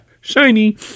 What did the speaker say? Shiny